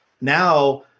Now